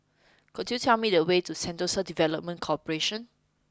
could you tell me the way to Sentosa Development Corporation